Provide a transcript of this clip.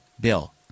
Bill